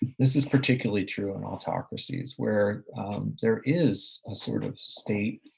this is particularly true in autocracies where there is a sort of state